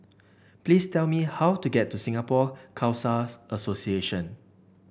please tell me how to get to Singapore Khalsa's Association